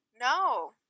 no